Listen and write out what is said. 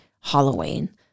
Halloween